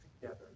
together